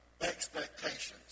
expectations